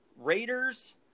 Raiders